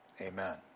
Amen